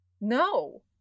No